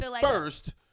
first